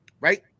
right